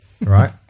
right